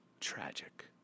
Tragic